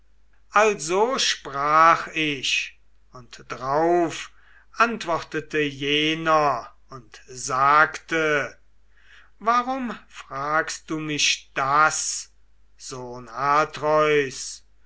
also sprach er und ich antwortete wieder und sagte warum fragst du mich das sohn atreus